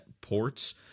ports